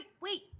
Wait